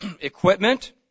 equipment